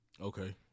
Okay